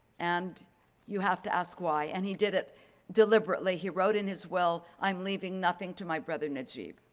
and you have to ask why? and he did it deliberately. he wrote in his will, i'm leaving nothing to my brother najeeb.